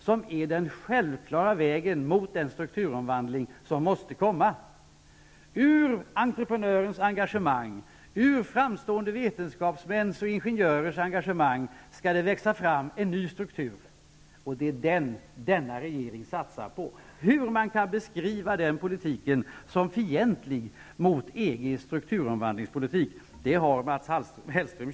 Det är den självklara vägen mot den strukturomvandling som måste komma. Det skall växa fram en ny struktur ur entreprenörers, framstående vetenskapsmäns och ingenjörers engagemang. Det är detta som regeringen satsar på. Mats Hellström har chansen att ännu en gång förklara hur man kan beskriva den politiken som fientlig mot EG:s strukturomvandlingspolitik.